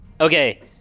okay